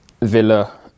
Villa